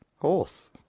horse